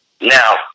Now